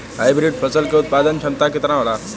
Hybrid फसल क उत्पादन क्षमता केतना होला?